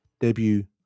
debut